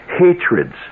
hatreds